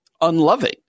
unloving